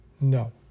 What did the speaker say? no